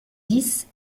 dix